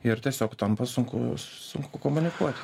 ir tiesiog tampa sunku sunku komunikuot